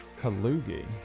Kalugi